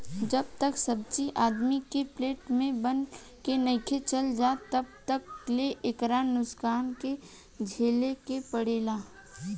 जब तक सब्जी आदमी के प्लेट में बन के नइखे चल जात तब तक ले एकरा नुकसान के झेले के पड़ेला